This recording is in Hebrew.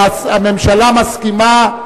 והממשלה מסכימה.